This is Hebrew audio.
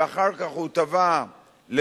ואחר כך הוא תבע לפי